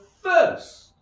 first